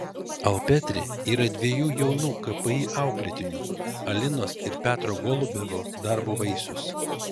alpetri yra dviejų jaunų kpi auklėtinių alinos ir petro golubevų darbo vaisius